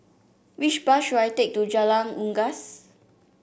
which bus should I take to Jalan Unggas